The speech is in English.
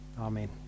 Amen